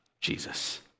Jesus